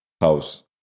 house